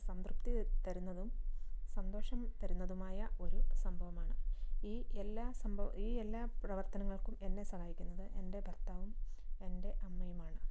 സംതൃപ്തി തരുന്നതും സന്തോഷം തരുന്നതുമായ ഒരു സംഭവമാണ് ഈ എല്ലാ സംഭവ ഈ എല്ലാ പ്രവത്തനങ്ങൾക്കും എന്നെ സഹായിക്കുന്നത് എൻ്റെ ഭർത്താവും എൻ്റെ അമ്മയുമാണ്